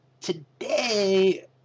today